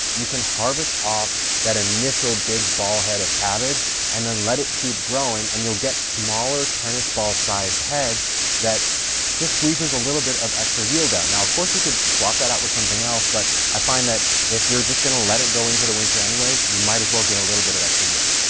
you can harvest off that initial big ball head of cabbage and then let it keep growing and you'll get smaller tennis ball-sized heads that just squeezes a little bit of extra yield out. now of course you could swap that out with something else, but i find that if you're just going to let it go into the winter anyways, you might as well get a little bit of extra yield.